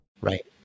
right